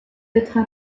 êtres